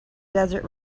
desert